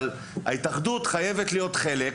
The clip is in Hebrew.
ההתאחדות חייבת להיות חלק.